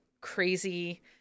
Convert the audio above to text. crazy